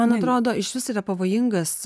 man atrodo išvis yra pavojingas